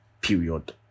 Period